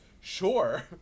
Sure